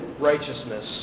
righteousness